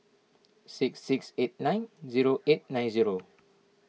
six six eight nine zero eight nine zero